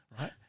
right